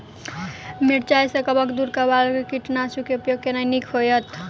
मिरचाई सँ कवक दूर करबाक लेल केँ कीटनासक केँ उपयोग केनाइ नीक होइत?